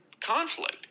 conflict